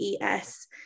ES